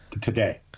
today